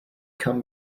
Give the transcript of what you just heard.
come